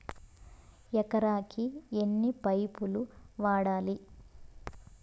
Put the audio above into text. ఎకరాకి ఎన్ని పైపులు వాడాలి?